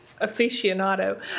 aficionado